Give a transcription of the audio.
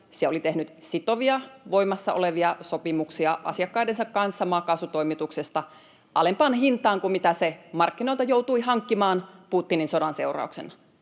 se oli tehnyt sitovia voimassa olevia sopimuksia asiakkaidensa kanssa maakaasutoimituksesta alempaan hintaan kuin mitä se markkinoilta joutui hankkimaan Putinin sodan seurauksena.